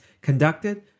conducted